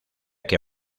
que